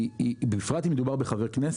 במיוחד אם מדובר בחבר כנסת,